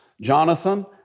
Jonathan